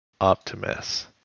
Optimus